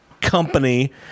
Company